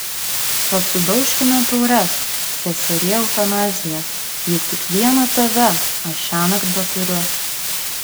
tad sudaužkime taures seserie eutanazija juk tik vieną tave aš šiąnakt beturiu